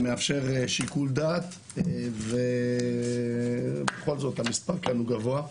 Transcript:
המאפשר שיקול דעת ובכל זאת המספר כאן הוא גבוה.